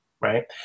right